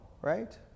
right